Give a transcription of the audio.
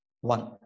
One